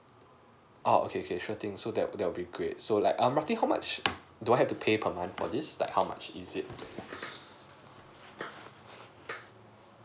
oo okay okay sure thing so that that would be great so like um roughly how much do I have to pay per month for this like how much is it